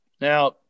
Now